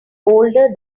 older